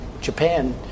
Japan